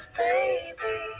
baby